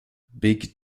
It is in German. big